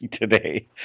today